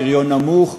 הפריון נמוך,